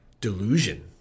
delusion